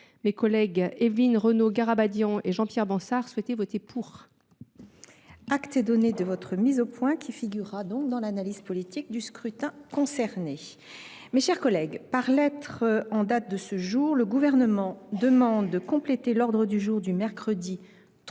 Mme Évelyne Renaud Garabedian et M. Jean Pierre Bansard souhaitaient voter pour. Acte est donné de cette mise au point, ma chère collègue. Elle figurera dans l’analyse politique du scrutin concerné. Mes chers collègues, par lettre en date de ce jour, le Gouvernement demande de compléter l’ordre du jour du mercredi 3 avril